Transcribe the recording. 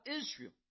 Israel